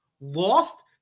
Lost